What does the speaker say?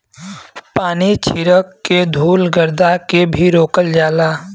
पानी छीरक के धुल गरदा के भी रोकल जाला